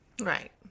right